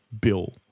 Bill